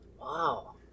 Wow